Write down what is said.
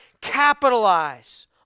capitalize